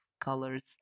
colors